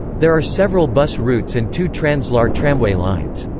there are several bus routes and two translohr tramway lines.